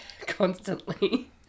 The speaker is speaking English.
constantly